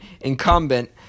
incumbent